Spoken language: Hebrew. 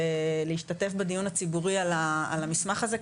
ולהשתתף בדיון הציבורי על המסמך הזה,